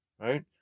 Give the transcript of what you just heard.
Right